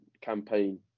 campaign